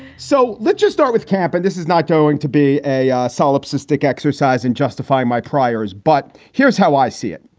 so let's just start with camp. and this is not going to be a solipsistic exercise in justifying my priors. but here's how i see it.